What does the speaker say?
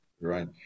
right